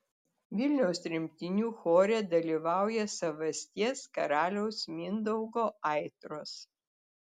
vilniaus tremtinių chore dalyvauja savasties karaliaus mindaugo aitros